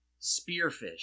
Spearfish